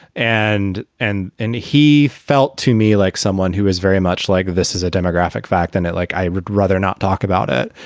and and and he felt to me like someone who is very much like this is a demographic fact and it like i would rather not talk about it.